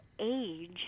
age